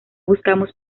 buscamos